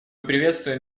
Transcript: приветствуем